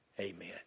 Amen